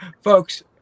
Folks